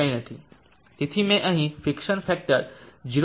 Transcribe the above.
તેથી મેં અહીં ફિક્શન ફેક્ટર 0